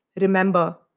Remember